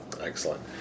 Excellent